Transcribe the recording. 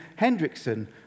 Hendrickson